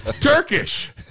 Turkish